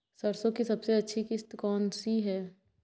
सरसो की सबसे अच्छी किश्त कौन सी है?